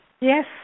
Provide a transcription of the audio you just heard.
yes